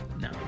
No